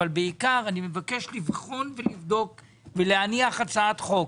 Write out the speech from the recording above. אבל בעיקר אני מבקש לבחון ולבדוק ולהניח הצעת חוק